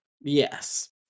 Yes